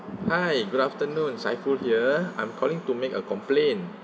hi good afternoon saiful here I'm calling to make a complaint